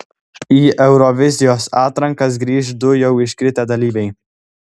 į eurovizijos atrankas grįš du jau iškritę dalyviai